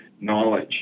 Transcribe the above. knowledge